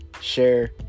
share